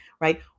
right